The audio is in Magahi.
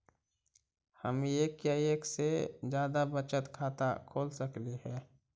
हम एक या एक से जादा बचत खाता खोल सकली हे?